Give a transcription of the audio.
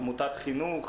עמותת חינוך,